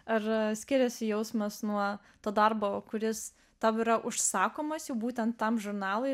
ar skiriasi jausmas nuo to darbo kuris tau yra užsakomas jau būtent tam žurnalui